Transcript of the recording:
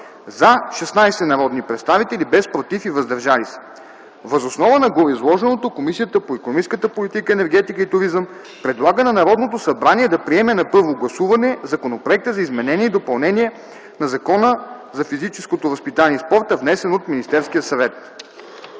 – 16 народни представители, без „против” и „въздържали се”. Въз основа на гореизложеното Комисията по икономическата политика, енергетика и туризъм предлага на Народното събрание да приеме на първо гласуване Законопроекта за изменение и допълнение на Закона за физическото възпитание и спорта, внесен от Министерския съвет.”